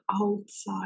outside